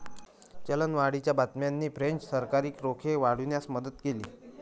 चलनवाढीच्या बातम्यांनी फ्रेंच सरकारी रोखे वाढवण्यास मदत केली